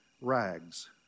rags